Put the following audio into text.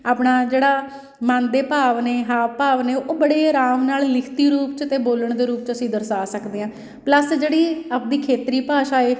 ਆਪਣਾ ਜਿਹੜਾ ਮਨ ਦੇ ਭਾਵ ਨੇ ਹਾਵ ਭਾਵ ਨੇ ਉਹ ਬੜੇ ਆਰਾਮ ਨਾਲ ਲਿਖਤੀ ਰੂਪ 'ਚ ਅਤੇ ਬੋਲਣ ਦੇ ਰੂਪ ' ਅਸੀਂ ਦਰਸਾ ਸਕਦੇ ਹਾਂ ਪਲੱਸ ਜਿਹੜੀ ਆਪਣੀ ਖੇਤਰੀ ਭਾਸ਼ਾ ਹੈ